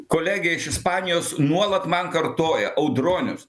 kolegė iš ispanijos nuolat man kartoja audronius